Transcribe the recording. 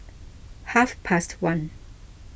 half past one